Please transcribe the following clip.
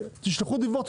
תשלחו דיווח,